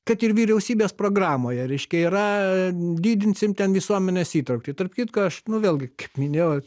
kad ir vyriausybės programoje reiškia yra didinsim ten visuomenės įtrauktį tarp kitko aš nu vėlgi kaip minėjau